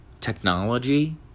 technology